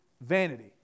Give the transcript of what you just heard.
vanity